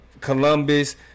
Columbus